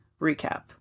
recap